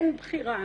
אין בחירה אמיתית.